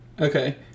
Okay